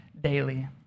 daily